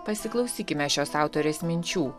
pasiklausykime šios autorės minčių